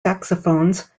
saxophones